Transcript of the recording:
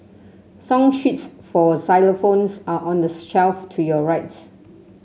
song sheets for xylophones are on the shelf to your right